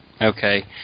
okay